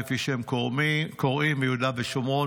כפי שהם קוראים ליהודה ושומרון.